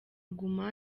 guma